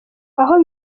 aho